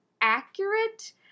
accurate